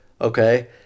okay